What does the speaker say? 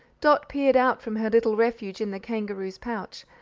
dot peered out from her little refuge in the kangaroo's pouch,